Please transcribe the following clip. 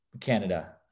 Canada